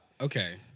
okay